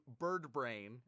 Birdbrain